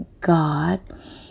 God